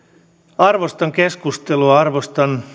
arvostan keskustelua arvostan